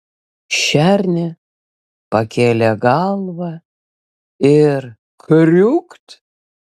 šernė pakėlė galvą ir kriūkt